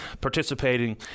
participating